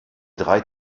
drei